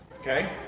Okay